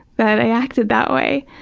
that i acted that way.